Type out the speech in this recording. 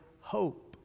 hope